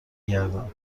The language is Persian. گردم